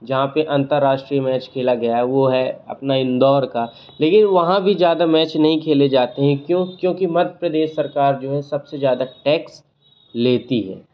जहाँ पर अंतरराष्ट्रीय मैच खेला गया है वो है अपना इंदौर का लेकिन वहाँ भी ज़्यादा मैच नहीं खेले जाते हैं क्यों क्योंकि मध्य प्रदेश सरकार जो है सब से ज़्यादा टैक्स लेती है